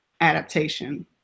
adaptation